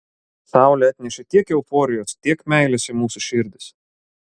saulė atnešė tiek euforijos tiek meilės į mūsų širdis